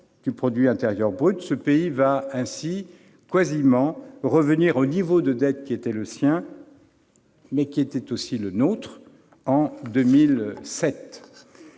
du produit intérieur brut. Ce pays va ainsi quasiment revenir au niveau de dette qui était le sien- et qui était aussi le nôtre ! -en 2007.